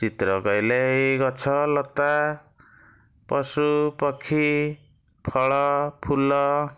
ଚିତ୍ର କହିଲେ ଏହି ଗଛଲତା ପଶୁପକ୍ଷୀ ଫଳଫୁଲ